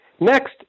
Next